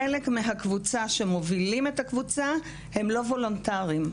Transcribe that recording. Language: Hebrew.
חלק ממובילי הקבוצה הם לא וולונטאריים.